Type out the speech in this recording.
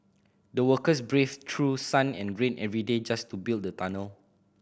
the workers braved through sun and rain every day just to build the tunnel